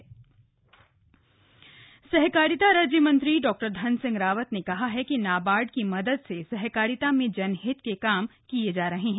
नाबार्ड विचार गोष्ठी सहकारिता राज्य मंत्री धन सिंह रावत ने कहा है कि नाबार्ड की मदद से सहकारिता में जनहित के काम किये जा रहे हैं